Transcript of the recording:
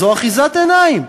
זו אחיזת עיניים.